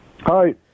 Hi